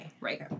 Right